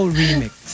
remix